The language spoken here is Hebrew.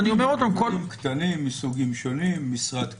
משרדים קטנים מסוגים שונים, משרד כזה,